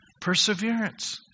Perseverance